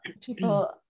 people